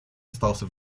остался